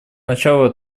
начало